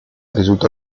risultò